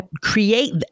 create